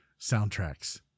soundtracks